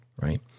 right